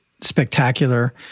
spectacular